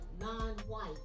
non-white